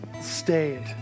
stayed